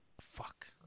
Fuck